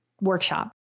workshop